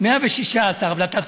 מאה ושישה עשר, אבל אתה צודק.